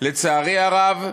לצערי הרב,